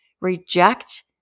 reject